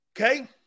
Okay